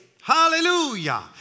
Hallelujah